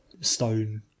Stone